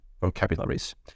vocabularies